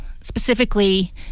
specifically